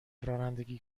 رانندگی